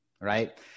right